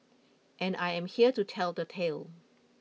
and I am here to tell the tale